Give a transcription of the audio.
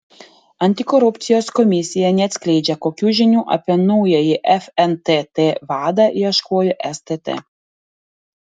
antikorupcijos komisija neatskleidžia kokių žinių apie naująjį fntt vadą ieškojo stt